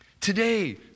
Today